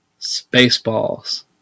Spaceballs